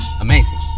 amazing